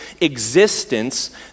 existence